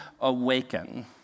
awaken